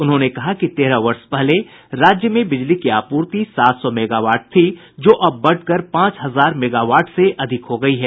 उन्होंने कहा कि तेरह वर्ष पहले राज्य में बिजली की आपूर्ति सात सौ मेगावाट थी जो अब बढ़कर पांच हजार मेगावाट से अधिक हो गयी है